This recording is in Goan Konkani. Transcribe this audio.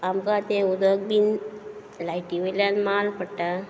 आमकां तें उदक बीन लायटी वयल्यान माल पड